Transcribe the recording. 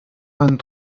vingt